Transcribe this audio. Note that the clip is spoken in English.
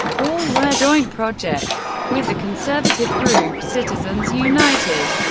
all were joint projects with the conservative group citizens united.